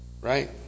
Right